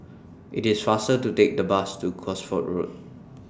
IT IS faster to Take The Bus to Cosford Road